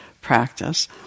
practice